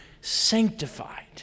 sanctified